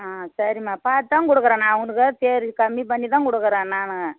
ஆ சரிம்மா பாத்துதான் கொடுக்குறேன் நான் உனக்காக சரி கம்மி பண்ணிதான் கொடுக்குறேன் நான்